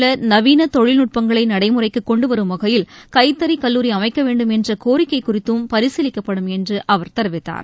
உள்ளநவீனதொழில்நுட்பங்களைநடைமுறைக்குகொண்டுவரும் கைத்தறித்குறையில் வகையில் கைத்தறிகல்லூரி அமைக்கவேண்டும் என்றகோரிக்கைகுறித்தும் பரிசீலிக்கப்படும் என்றுஅவர் தெரிவித்தார்